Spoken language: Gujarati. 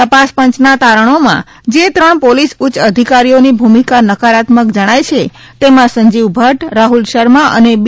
તપાસપંયના તારણીમાં જે ત્રણ પોલીસ ઉચ્ય અધિકારીઓની ભૂમિકા નકારાત્મક જણાઇ છે તેમાં સંજીવ ભદ્દ રાહ્લ શર્મા અને બી